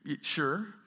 Sure